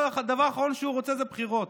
הדבר האחרון שהוא רוצה זה בחירות.